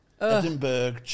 Edinburgh